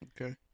okay